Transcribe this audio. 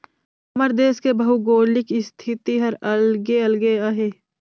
हमर देस के भउगोलिक इस्थिति हर अलगे अलगे अहे